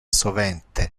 sovente